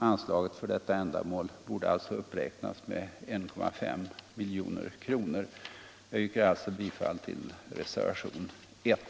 Anslaget för detta ändamål borde alltså uppräknas med 1,5 milj.kr. Jag yrkar bifall till reservationen 1.